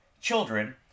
children